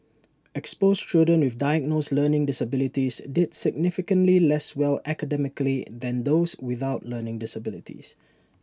exposed children with diagnosed learning disabilities did significantly less well academically than those without learning disabilities